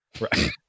right